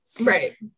Right